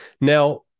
Now